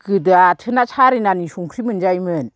गोदो आथोना सारेनानि संख्रि मोनजायोमोन